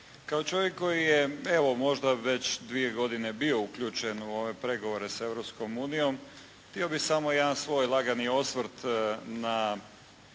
Kao čovjek koji je evo možda već dvije godine bio uključen u ove pregovore sa Europskom unijom htio bih samo jedan svoj lagani osvrt na